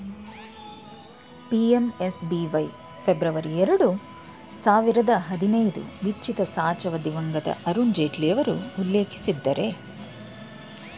PMSBY February ಎರಡು ಸಾವಿರದ ಹದಿನೈದು ವಿತ್ಚಿತಸಾಚವ ದಿವಂಗತ ಅರುಣ್ ಜೇಟ್ಲಿಯವರು ಉಲ್ಲೇಖಿಸಿದ್ದರೆ